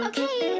Okay